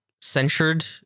censured